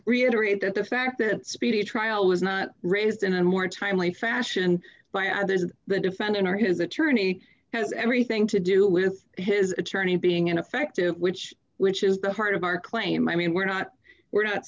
reiterate that the fact that speedy trial was not raised in a more timely fashion by others the defendant or his attorney has everything to do with his attorney being ineffective which which is the heart of our claim i mean we're not we're not